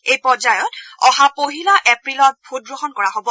এই পৰ্যায়ত অহা পহিলা এপ্ৰিলত ভোটগ্ৰহণ কৰা হব